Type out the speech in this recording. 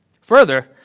Further